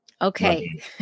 Okay